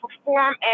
perform